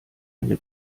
eine